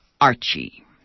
Archie